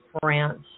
France